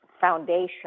foundation